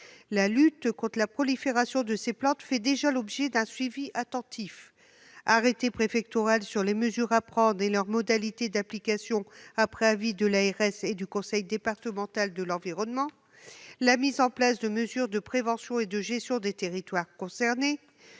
la lutte contre la prolifération de ces plantes fait déjà l'objet d'un suivi attentif : arrêté préfectoral sur les mesures à prendre et leur modalité d'application après avis de l'ARS et du conseil départemental de l'environnement ; mise en place de mesures de prévention et de gestion des territoires concernés